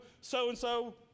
so-and-so